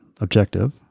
objective